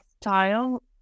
style